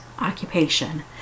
occupation